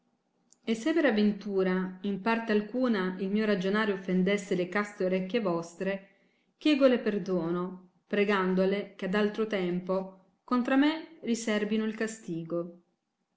e se per aventura in parte alcuna il mio ragionare offendesse le caste orecchie vostre chieggole perdono pregandole che ad altro tempo contra me riserbino il castigo